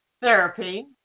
Therapy